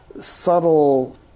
subtle